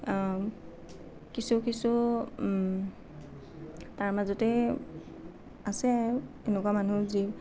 কিছু কিছু তাৰ মাজতে আছে তেনেকুৱা মানুহ যি